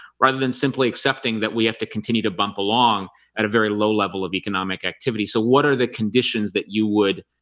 rather than simply accepting that we have to continue to bump along at a very low level of economic activity so what are the conditions that you would